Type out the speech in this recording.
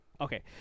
Okay